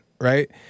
right